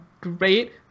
great